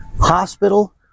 Hospital